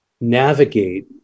navigate